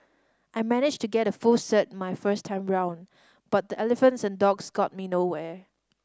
I managed to get a full cert my first time round but the Elephants and Dogs got me nowhere